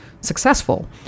successful